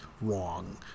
wrong